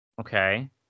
Okay